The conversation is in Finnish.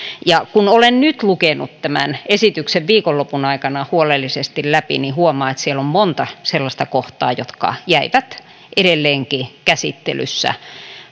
kun olen nyt lukenut tämän esityksen viikonlopun aikana huolellisesti läpi niin huomaan että siellä on monta sellaista kohtaa jotka jäivät edelleenkin käsittelyssä